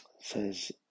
says